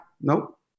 Nope